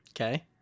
Okay